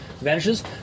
vanishes